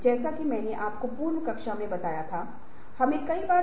यदि आप इसे समाप्त कर रहे हैं तो यह असमानता की स्थिति है